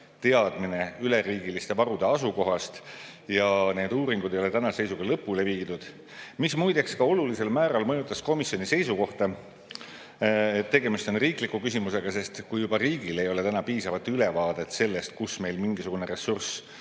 teadmine üleriigiliste varude asukohast, need uuringud ei ole tänase seisuga lõpule viidud. See muideks mõjutas olulisel määral komisjoni seisukohta, et tegemist on riikliku küsimusega ja kui juba riigil ei ole täna piisavat ülevaadet sellest, kus meil mingisugune ressurss